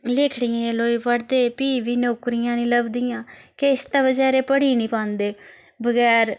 लेखड़ियें लोई पढ़दे फ्ही बी नौकरियां नी लभदियां किश ते बचारे पढ़ी नी पांदे बगैर